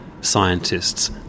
scientists